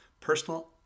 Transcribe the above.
personal